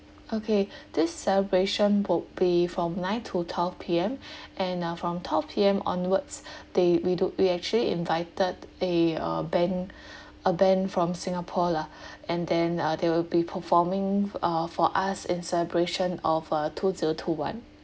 okay this celebration would be from nine to twelve P_M and uh from twelve P_M onwards they we do we actually invited a uh band a band from singapore lah and then uh they will be performing uh for us in celebration of uh two zero two one